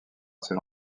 assez